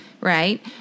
right